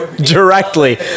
directly